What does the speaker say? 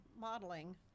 modeling